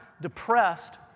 depressed